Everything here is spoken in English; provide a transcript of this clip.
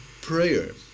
Prayer